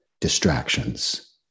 distractions